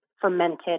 fermented